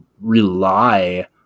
rely